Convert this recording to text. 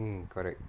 mm correct